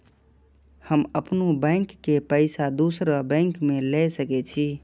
हम अपनों बैंक के पैसा दुसरा बैंक में ले सके छी?